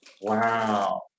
Wow